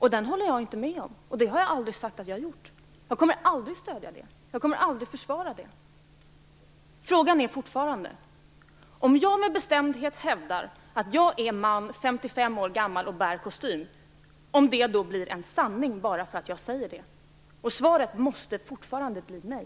Den ställer jag mig inte bakom. Det har jag heller aldrig sagt att jag gör. Jag kommer aldrig att stödja eller försvara den. Frågan är fortfarande: Om jag med bestämdhet hävdar att jag är man, 55 år gammal och bär kostym, blir det då en sanning bara därför att jag säger det? Svaret måste fortfarande bli nej.